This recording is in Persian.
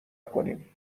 کنیم